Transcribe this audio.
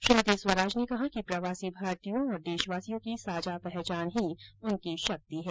श्रीमती स्वराज ने कहा कि प्रवासी भारतीयों और देशवासियों की साझा पहचान ही उनकी शक्ति है